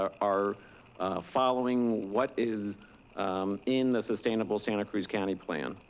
are following what is in the sustainable santa cruz county plan.